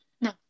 No